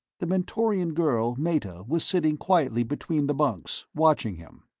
the mentorian girl, meta, was sitting quietly between the bunks, watching him.